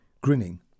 grinning